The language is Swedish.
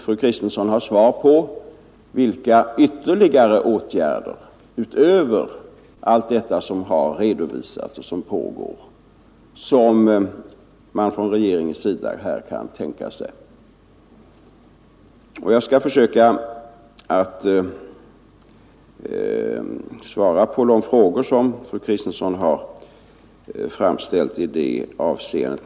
Fru Kristensson vill ha svar på vilka ytterligare åtgärder regeringen kan tänka sig utöver allt det som har redovisats och som pågår. Jag skall försöka att svara på de frågor som fru Kristensson har framställt i det avseendet.